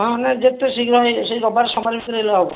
ହଁ ନାଇଁ ଯେତେ ଶୀଘ୍ର ଏ ସେଇ ରବିବାର ସୋମବାର ଭିତରେ ହେଲେ ହେବ